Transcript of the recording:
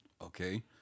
Okay